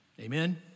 Amen